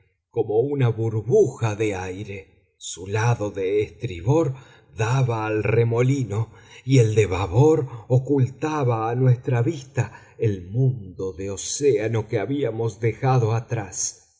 como una burbuja de aire su lado de estribor daba al remolino y el de babor ocultaba a nuestra vista el mundo de océano que habíamos dejado atrás